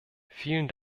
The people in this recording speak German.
vielen